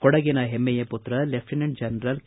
ಕೊಡಗಿನ ಹೆಮ್ಮೆಯ ಪುತ್ರ ಲೆಫ್ಟಿನೆಂಟ್ ಜನರಲ್ ಕೆ